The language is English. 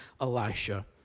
Elisha